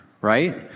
right